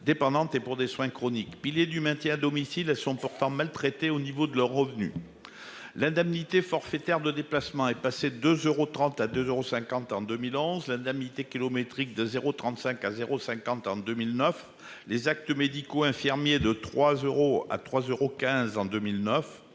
et pour des soins chroniques. Pilier du maintien à domicile. Elles sont pourtant maltraités au niveau de leurs revenus. L'indemnité forfaitaire de déplacement et passé deux euros 30 à 2 euros 50 en 2000. Lancent l'indemnité kilométrique de 0 35 à 0 50 en 2009, les actes médicaux infirmiers de 3 euros à trois